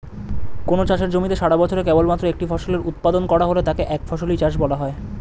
কোনও চাষের জমিতে সারাবছরে কেবলমাত্র একটি ফসলের উৎপাদন করা হলে তাকে একফসলি চাষ বলা হয়